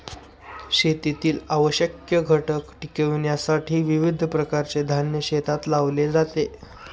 शेतीतील आवश्यक घटक टिकविण्यासाठी विविध प्रकारचे धान्य शेतात लावले जाते